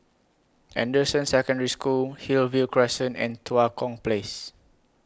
Anderson Secondary School Hillview Crescent and Tua Kong Place